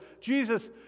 Jesus